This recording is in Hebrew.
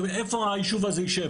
איפה היישוב הזה יישב,